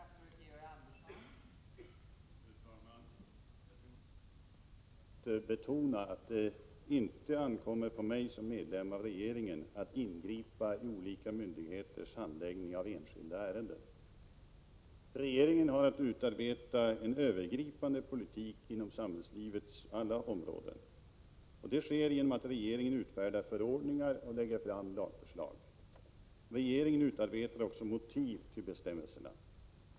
Fru talman! Det är angeläget att betona att det inte ankommer på mig som medlem av regeringen att ingripa i olika myndigheters handläggning av enskilda ärenden. Regeringen har att utarbeta en övergripande politik inom samhällslivets alla områden. Det sker genom att regeringen utfärdar förordningar och lägger fram lagförslag. Regeringen utarbetar också motiv till bestämmelserna.